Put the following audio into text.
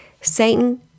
Satan